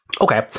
Okay